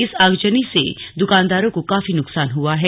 इस आगजनी से दुकानदारों को काफी नुकसान हुआ है